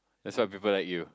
that's why people like you